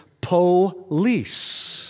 police